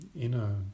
inner